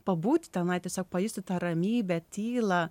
pabūti tenai tiesiog pajusti tą ramybę tylą